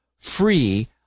free